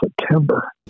September